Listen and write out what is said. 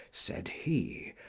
said he,